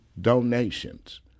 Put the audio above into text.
donations